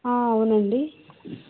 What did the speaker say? అవునండి